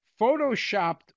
photoshopped